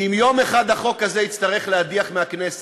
כי אם יום אחד החוק הזה יצטרך להדיח מהכנסת